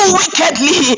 wickedly